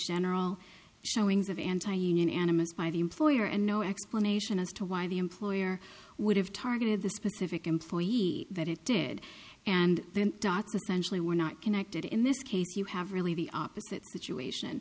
general showings of anti union animus by the employer and no explanation as to why the employer would have targeted the specific employee that it did and then dr sensual were not connected in this case you have really the opposite situation